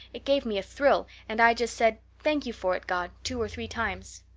it gave me a thrill and i just said, thank you for it, god two or three times.